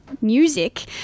music